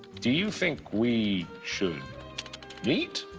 do you think we should meet?